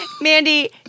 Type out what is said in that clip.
Mandy